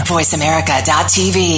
VoiceAmerica.tv